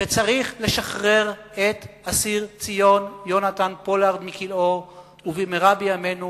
שצריך לשחרר את אסיר ציון יהונתן פולארד מכלאו ובמהרה בימינו